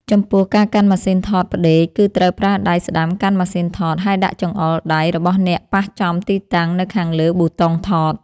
ចំពោះការកាន់ម៉ាស៊ីនថតផ្ដេក គឺត្រូវប្រើដៃស្តាំកាន់ម៉ាស៊ីនថត ហើយដាក់ចង្អុលដៃរបស់អ្នកប៉ះចំទីតាំងនៅខាងលើប៊ូតុងថត។